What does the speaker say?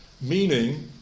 meaning